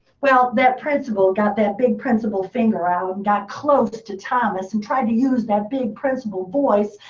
well, that principal got that big principal finger out, and got close to thomas, and tried to use that big principal voice,